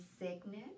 signet